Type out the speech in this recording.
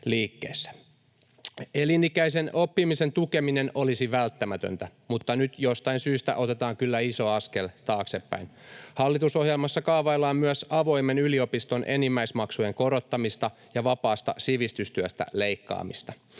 Elinikäisen oppimisen tukeminen olisi välttämätöntä, mutta nyt jostain syystä otetaan kyllä iso askel taaksepäin. Hallitusohjelmassa kaavaillaan myös avoimen yliopiston enimmäismaksujen korottamista ja vapaasta sivistystyöstä leikkaamista.